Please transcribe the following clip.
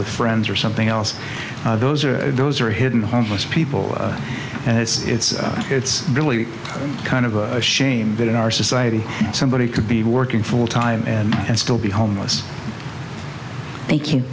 with friends or something else those are those are hidden homeless people and it's it's really kind of a shame that in our society somebody could be working full time and still be homeless thank you